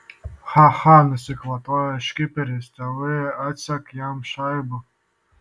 cha cha nusikvatojo škiperis tėvai atsek jam šaibų